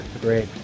Great